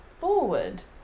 forward